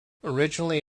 originally